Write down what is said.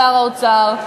האוצר,